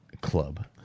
club